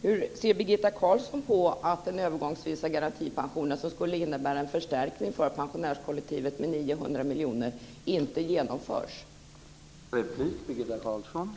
Hur ser Birgitta Carlsson på att den övergångsvisa garantipensionen, som skulle innebära en förstärkning för pensionärskollektivet med 900 miljoner, inte genomförs?